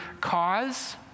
cause